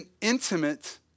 intimate